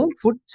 food